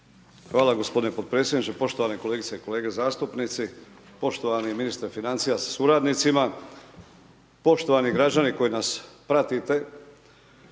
Hvala g. potpredsjedniče. Poštovane kolegice i kolege zastupnici, poštovani ministre financija sa suradnicima, poštovani građani koji nas pratite.